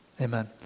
amen